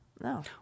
no